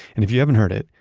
and if you haven't heard it,